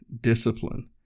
discipline